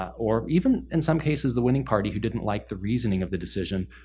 or even in some cases the winning party who didn't like the reasoning of the decision,